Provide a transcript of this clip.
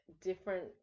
different